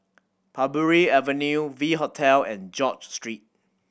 Parbury Avenue V Hotel and George Street